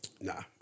Nah